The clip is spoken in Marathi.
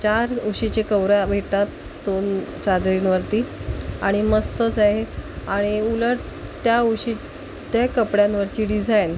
चार उशीचे कवरा भेटतात दोन चादरींवरती आणि मस्तच आहे आणि उलट त्या उशी त्या कपड्यांवरची डिझायन